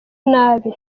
nabi